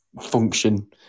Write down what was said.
function